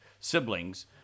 siblings